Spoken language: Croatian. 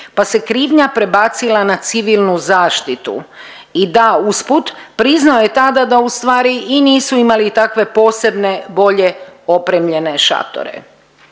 pa se krivnja prebacila na civilnu zaštitu i da usput priznao je tada da u stvari i nisu imali takve posebne, bolje opremljene šatore.